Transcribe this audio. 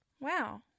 Wow